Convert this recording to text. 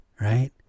right